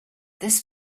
this